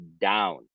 down